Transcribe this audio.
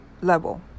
level